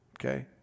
Okay